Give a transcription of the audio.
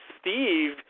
Steve